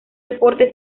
deporte